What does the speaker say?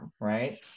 right